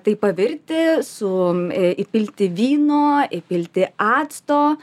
tai pavirti su įpilti vyno įpilti acto